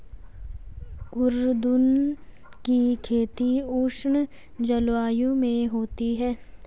कुद्रुन की खेती उष्ण जलवायु में होती है